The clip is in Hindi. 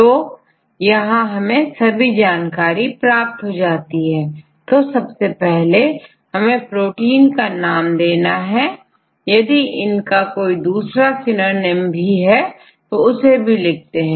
तो यहां हमें सभी जानकारी मिल जाती है तो सबसे पहले हमें प्रोटीन का नाम देना है यदि इनका कोई दूसराsynonyms भी है तो उसे भी लिखते हैं